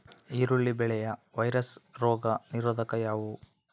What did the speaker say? ಈರುಳ್ಳಿ ಬೆಳೆಯ ವೈರಸ್ ರೋಗ ನಿರೋಧಕ ಯಾವುದು?